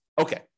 Okay